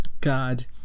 God